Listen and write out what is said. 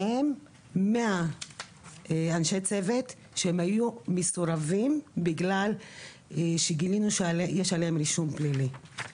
מהם 100 אנשי צוות שהם היו מסורבים בגלל שגילינו שיש עליהן רישום פלילי.